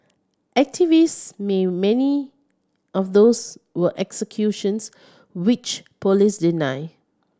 activist may many of those were executions which police deny